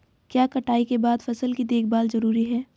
क्या कटाई के बाद फसल की देखभाल जरूरी है?